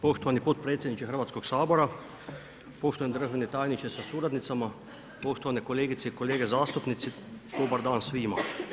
Poštovani potpredsjedniče Hrvatskog sabora, poštovani državni tajniče sa suradnicama, poštovane kolegice i kolege zastupnici, dobar dan svima.